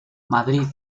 madrid